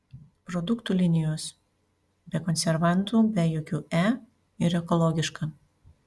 produktų linijos be konservantų be jokių e ir ekologiška